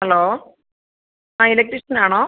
hello ആ electrician ആണോ